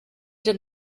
did